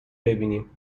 بیینیم